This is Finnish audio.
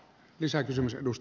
arvoisa puhemies